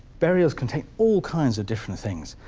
burials can take all kinds of different things